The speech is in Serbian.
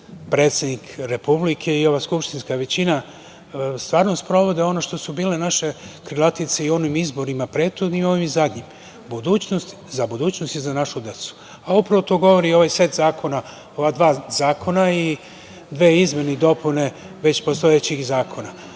predsednik Republike i ova skupštinska većina stvarno sprovode ono što su bile naše krilatice i u onim izborima prethodnim i u ovim zadnjim, za budućnost i za našu decu. Upravo to govori i ovaj set zakona, ova dva zakona i dve izmene i dopune već postojećih zakona.